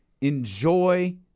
enjoy